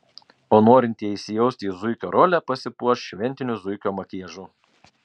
o norintieji įsijausti į zuikio rolę pasipuoš šventiniu zuikio makiažu